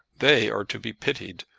they are to be pitied.